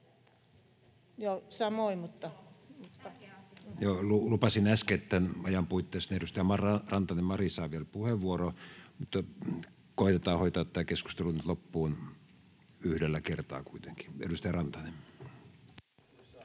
19:01 Content: Lupasin äsken, että tämän ajan puitteissa edustaja Rantanen, Mari, saa vielä puheenvuoron, mutta koetetaan hoitaa tämä keskustelu nyt loppuun yhdellä kertaa kuitenkin. — Edustaja Rantanen.